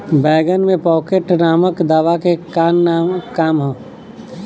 बैंगन में पॉकेट नामक दवा के का काम ह?